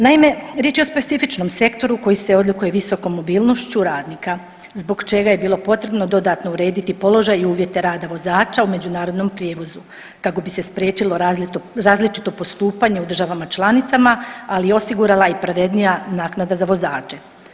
Naime, riječ je o specifičnom sektoru koji se odlikuje visokom mobilnošću radnika zbog čega je bilo potrebno dodatno urediti položaj i uvjete rada vozača u međunarodnom prijevozu kako bi se spriječilo različito postupanje u državama članicama, ali i osigurala pravednija naknada za vozače.